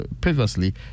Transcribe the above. previously